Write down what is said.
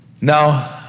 Now